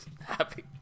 Happy